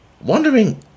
wondering